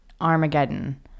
Armageddon